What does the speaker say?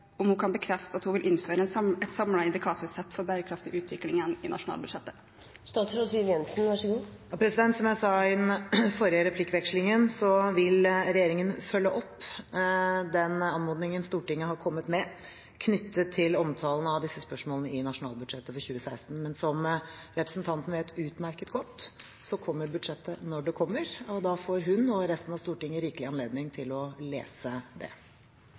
om hun kan bekrefte at hun vil innføre et samlet indikatorsett for bærekraftig utvikling igjen i nasjonalbudsjettet. Som jeg sa i den forrige replikkvekslingen, vil regjeringen følge opp den anmodningen Stortinget har kommet med knyttet til omtalen av disse spørsmålene i nasjonalbudsjettet for 2016. Men som representanten vet utmerket godt, kommer budsjettet når det kommer, og da får hun og resten av Stortinget rikelig anledning til å lese det.